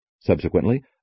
Subsequently